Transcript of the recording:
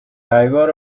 diver